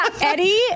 Eddie